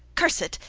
curse it!